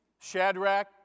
Shadrach